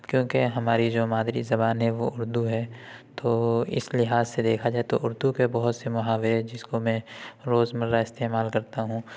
کیونکہ ہماری جو مادری زبان ہے وہ اردو ہے تو اس لحاظ سے دیکھا جائے تو اردو کے بہت سے محاورے جس کو میں روز مرہ استعمال کرتا ہوں